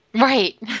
Right